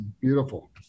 Beautiful